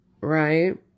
right